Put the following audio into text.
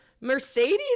Mercedes